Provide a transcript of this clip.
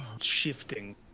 Shifting